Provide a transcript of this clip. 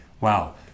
wow